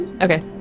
okay